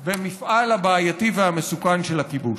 ערבובן במפעל הבעייתי והמסוכן של הכיבוש.